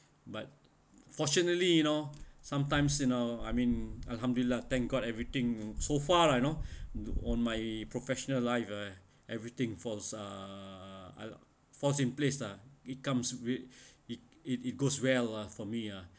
but fortunately you know sometimes you know I mean alhamdulillah thank god everything so far lah you know do on my professional life ah everything falls uh falls in place ah it comes with it it it goes well lah for me ah